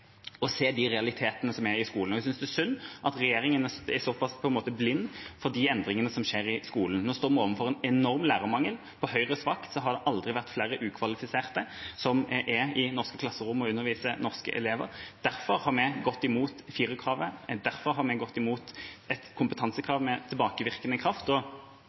se de realitetene som er i skolen. Jeg synes det er synd at regjeringen er så pass blind for de endringene som skjer i skolen. Nå står vi overfor en enorm lærermangel. På Høyres vakt har det aldri vært flere ukvalifiserte som er i norske klasserom og underviser norske elever. Derfor har vi gått imot 4-kravet. Derfor har vi gått imot et kompetansekrav med tilbakevirkende kraft, og